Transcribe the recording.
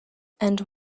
and